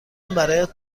برایت